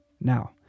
Now